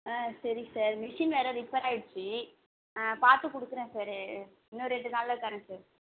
ஆ சரி sir machine வேறு repair ஆகிடுச்சு பார்த்து கொடுக்குறேன் சார் இன்னும் ரெண்டு நாளில் தர்றேன் சார்